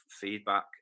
feedback